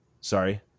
sorry